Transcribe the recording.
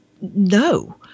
no